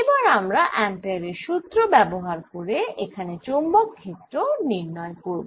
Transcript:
এবার আমরা অ্যাম্পেয়ারের সুত্র ব্যবহার করে এখানে চৌম্বক ক্ষেত্র নির্ণয় করব